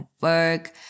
work